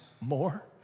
more